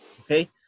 Okay